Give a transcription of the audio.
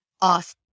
off